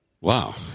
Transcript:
Wow